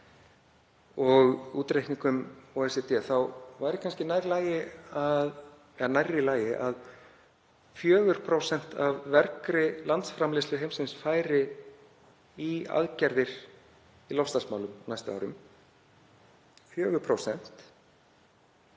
og útreikningum OECD væri kannski nær lagi að 4% af vergri landsframleiðslu heimsins færu í aðgerðir í loftslagsmálum á næstu árum. Þá